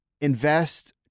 invest